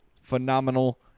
phenomenal